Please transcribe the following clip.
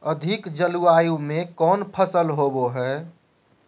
अधिक जलवायु में कौन फसल होबो है?